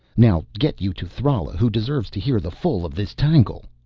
now get you to thrala, who deserves to hear the full of this tangle.